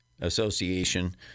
Association